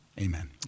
Amen